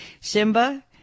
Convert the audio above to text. Simba